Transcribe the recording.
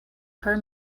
per